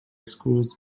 schools